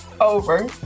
Over